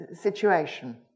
situation